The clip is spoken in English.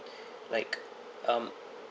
like um